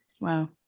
Wow